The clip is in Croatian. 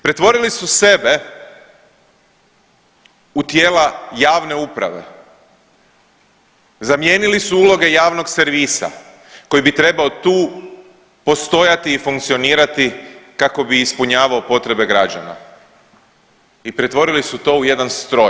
Pretvorili su sebe u tijela javne uprave, zamijenili su uloge javnog servisa koji bi trebao tu postojati i funkcionirati kako bi ispunjavao potrebe građana i pretvorili su to u jedan stroj.